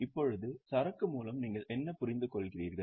இப்போது சரக்கு மூலம் நீங்கள் என்ன புரிந்துகொள்கிறீர்கள்